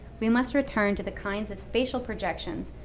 we must return to the kinds of spatial projections,